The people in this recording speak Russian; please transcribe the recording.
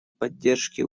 поддержке